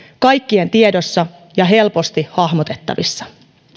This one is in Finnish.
kaikkien tiedossa ja helposti hahmotettavissa